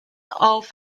auf